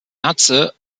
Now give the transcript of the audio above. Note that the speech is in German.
erze